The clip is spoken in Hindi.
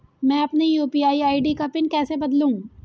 मैं अपनी यू.पी.आई आई.डी का पिन कैसे बदलूं?